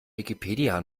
wikipedia